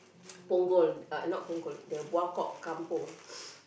Punggol uh not Punggol the Buangkok kampung